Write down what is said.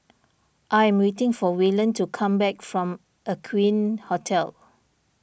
I am waiting for Waylon to come back from Aqueen Hotel